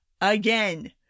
Again